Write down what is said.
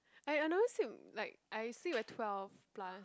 I I always sleep like I sleep at twelve plus